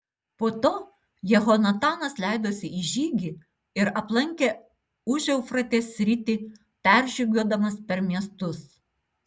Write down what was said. po to jehonatanas leidosi į žygį ir aplankė užeufratės sritį peržygiuodamas per miestus